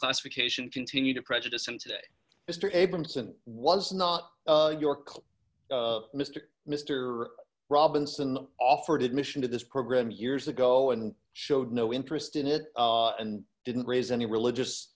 classification continue to prejudice and today mr abramson was not your call mr mr robinson offered admission to this program years ago and showed no interest in it and didn't raise any religious